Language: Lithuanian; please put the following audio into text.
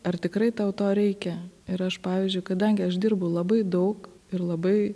ar tikrai tau to reikia ir aš pavyzdžiui kadangi aš dirbu labai daug ir labai